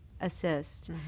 assist